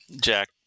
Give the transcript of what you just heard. Jack